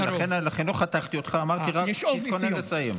לכן לא חתכתי אותך, אמרתי רק שתתכונן לסיום.